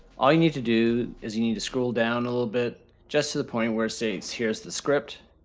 all you need to do is you need to scroll down a little bit just to the point where it saves here's the script,